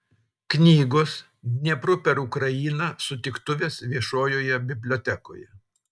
knygos dniepru per ukrainą sutiktuvės viešojoje bibliotekoje